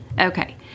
Okay